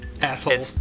Asshole